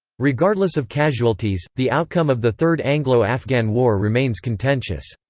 regardless of casualties, the outcome of the third anglo-afghan war remains contentious.